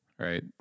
Right